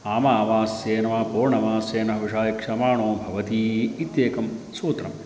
आमावास्येन वा पूर्णमासेन वा हविषा यक्षमाणो भवति इत्येकं सूत्रम्